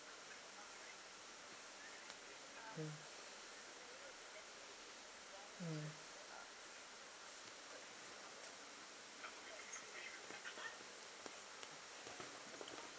mm mm